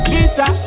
Lisa